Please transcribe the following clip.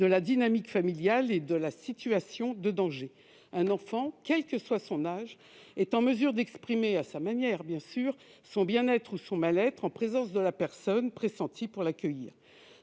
de la dynamique familiale et de la situation de danger. Un enfant, quel que soit son âge, est en mesure d'exprimer- à sa manière, bien sûr -son bien-être ou son mal-être en présence de la personne pressentie pour l'accueillir.